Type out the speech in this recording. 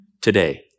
today